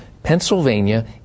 Pennsylvania